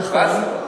נכון.